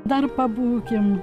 dar pabūkim